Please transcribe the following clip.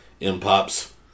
M-Pops